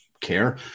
care